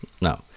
no